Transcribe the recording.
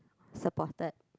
supported